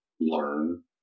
learn